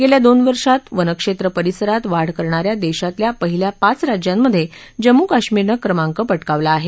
गेल्या दोन वर्षात वनक्षेत्र परिसरात वाढ करणाऱ्या देशातल्या पहिल्या पाच राज्यांमधे जम्मू कश्मीरनं क्रमांक पटकावला आहे